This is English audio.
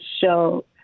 show